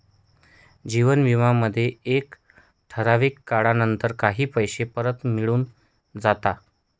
जीवन विमा मध्ये एका ठराविक काळानंतर काही पैसे परत मिळून जाता